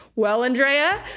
well, andrea.